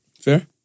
Fair